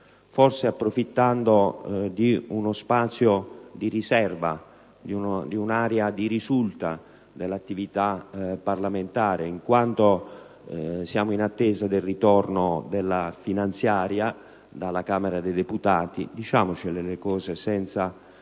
approfittando forse di uno spazio di riserva, di un'area di risulta dell'attività parlamentare, in quanto siamo in attesa del ritorno della finanziaria dalla Camera dei deputati. Diciamoci le cose senza